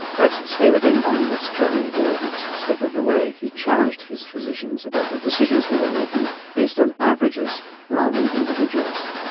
let's stay with him on this journey where each step of the way he challenged his physicians about the decisions they were making based on averages rather than individuals.